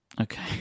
Okay